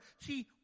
See